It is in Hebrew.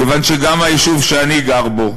כיוון שגם היישוב שאני גר בו